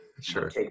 Sure